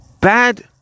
bad